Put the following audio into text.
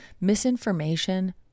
misinformation